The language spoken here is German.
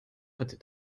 hatte